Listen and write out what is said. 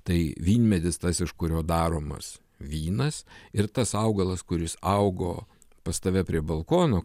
tai vynmedis tas iš kurio daromas vynas ir tas augalas kuris augo pas tave prie balkono